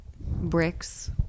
bricks